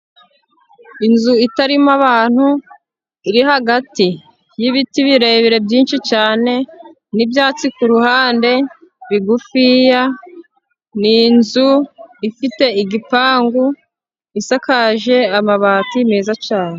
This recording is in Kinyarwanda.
Inzu itarimo abantu iri hagati y'ibiti birebire byinshi cyane, n'ibyatsi ku ruhande bigufiya. Ni inzu ifite igipangu isakaje amabati meza cyane.